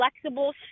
flexible